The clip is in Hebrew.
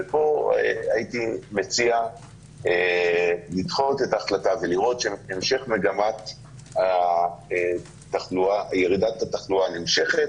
ופה הייתי מציע לדחות את ההחלטה ולראות שמגמת ירידת התחלואה נמשכת